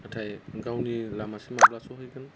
नाथाय गावनि लामासिम माब्ला सहैगोन